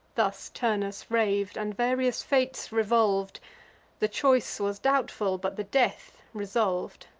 thus turnus rav'd, and various fates revolv'd the choice was doubtful, but the death resolv'd.